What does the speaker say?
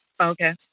Okay